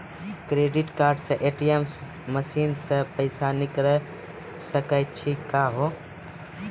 Credit card से ATM machine से भी पैसा निकल सकै छि का हो?